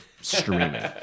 streaming